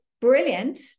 brilliant